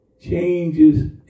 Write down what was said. changes